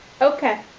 okay